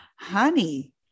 Honey